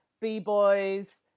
b-boys